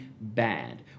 bad